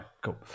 cool